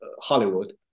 Hollywood